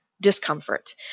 discomfort